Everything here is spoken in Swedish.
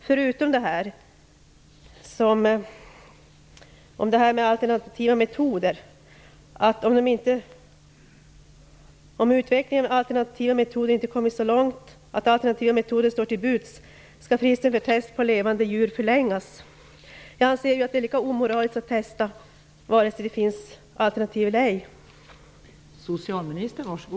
Men när det i svaret sägs angående alternativa metoder att "om utvecklingen av alternativa metoder inte kommit så långt att alternativa metoder står till buds skall fristen för test på levande djur förlängas", då vill jag framhålla att jag anser att det är lika omoraliskt att testa kosmetika på djur vare sig det finns alternativ eller ej.